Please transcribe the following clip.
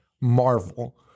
marvel